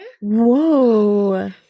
Whoa